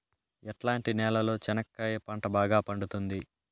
ఎట్లాంటి నేలలో చెనక్కాయ పంట బాగా పండుతుంది?